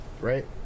right